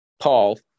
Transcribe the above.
paul